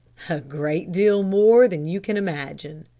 a great deal more than you can imagine.